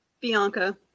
Bianca